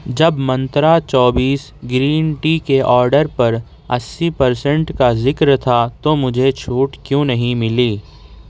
جب منترا چوبیس green tea کے آڈر پر اسی پرسینٹ کا ذکر تھا تو مجھے چھوٹ کیوں نہیں ملی